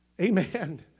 Amen